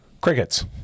crickets